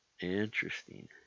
Interesting